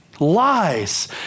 Lies